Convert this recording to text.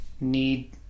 need